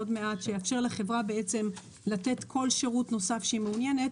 שיאפשר לחברה לתת כל שירות נוסף שהיא מעוניינת,